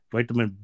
Vitamin